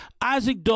Isaac